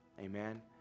Amen